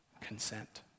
consent